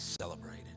celebrated